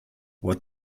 what